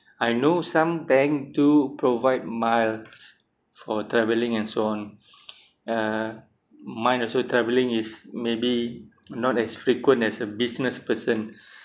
I know some bank do provide miles for travelling and so on uh mine also travelling is maybe not as frequent as a business person